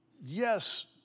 Yes